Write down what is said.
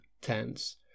tense